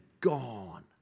gone